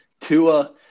Tua